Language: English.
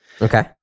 Okay